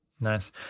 Nice